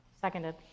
Seconded